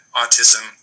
autism